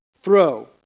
throw